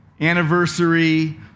anniversary